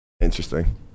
interesting